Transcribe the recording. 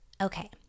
Okay